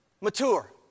mature